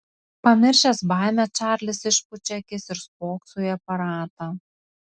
pamiršęs baimę čarlis išpučia akis ir spokso į aparatą